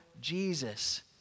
Jesus